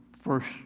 first